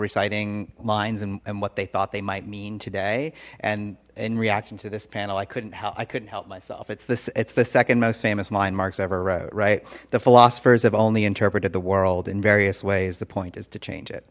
reciting lines and what they thought they might mean today and in reaction to this panel i couldn't how i couldn't help myself it's this it's the second most famous line marks ever wrote right the philosopher's have only interpreted the world in various ways the point is to change it